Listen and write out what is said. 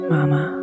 Mama